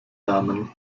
namen